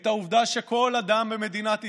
את העובדה שכל אדם במדינת ישראל,